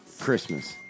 Christmas